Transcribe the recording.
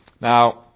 Now